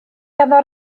ganddo